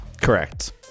Correct